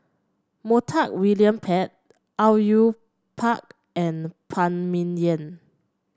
Montague William Pett Au Yue Pak and Phan Ming Yen